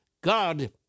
God